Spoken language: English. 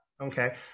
Okay